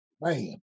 Man